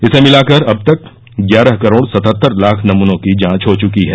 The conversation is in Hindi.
इसे मिलाकर अब तक ग्यारह करोड़ सतहत्तर लाख नमूनों की जांच हो चुकी है